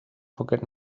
forget